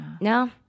No